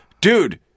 dude